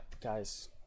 Guys